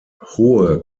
hohe